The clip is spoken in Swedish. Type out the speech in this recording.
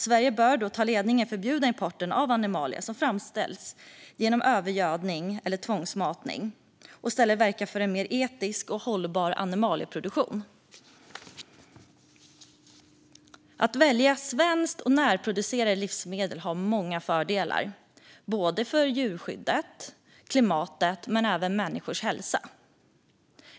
Sverige bör ta ledningen i att förbjuda importen av animalier som framställts genom övergödning eller tvångsmatning och verka för en mer etisk och hållbar animalieproduktion. Att välja svenska och närproducerade livsmedel har många fördelar för djurskyddet, klimatet och människors hälsa.